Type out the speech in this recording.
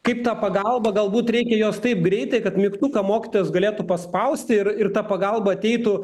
kaip ta pagalba galbūt reikia jos taip greitai kad mygtuką mokytojas galėtų paspausti ir ir ta pagalba ateitų